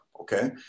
Okay